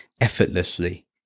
effortlessly